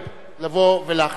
לבוא ולהחליף אותי.